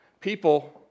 People